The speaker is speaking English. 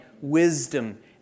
wisdom